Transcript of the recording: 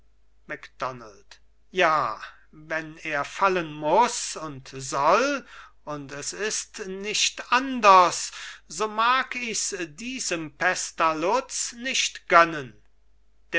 macdonald ja wenn er fallen muß und soll und s ist nicht anders so mag ichs diesem pestalutz nicht gönnen